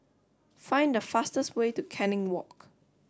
find the fastest way to Canning Walk